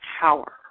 power